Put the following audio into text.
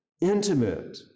intimate